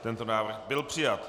Tento návrh byl přijat.